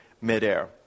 midair